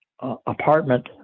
apartment